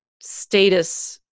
status